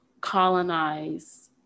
colonize